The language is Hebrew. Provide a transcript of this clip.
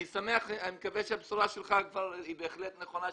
אני מקווה שהבשורה שלך היא בהחלט נכונה,